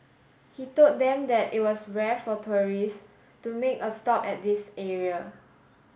he told them that it was rare for tourists to make a stop at this area